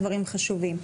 הדברים חשובים,